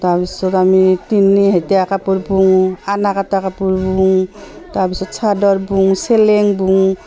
তাৰপিছত আমি তিনি হেতিয়া কাপোৰ বওঁ আনা কাটা কাপোৰ বওঁ তাৰপিছত চাদৰ বওঁ চেলেং বওঁ